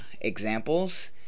examples